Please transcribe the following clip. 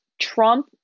Trump